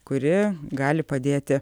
kuri gali padėti